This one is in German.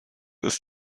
ist